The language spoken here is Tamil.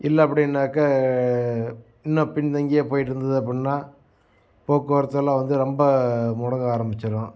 இல்லை அப்படின்னாக்கா இன்னுனும் பின்தங்கியே போய்கிட்டு இருந்தது அப்புடினா போக்குவரத்தெல்லாம் வந்து ரொம்ப முடங்க ஆரம்பிச்சுரும்